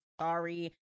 sorry